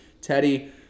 Teddy